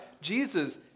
Jesus